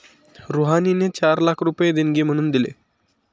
रुहानीने चार लाख रुपये देणगी म्हणून दिले